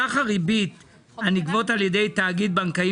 סך הריבית הנגבית עד ידי תאגיד בנקאי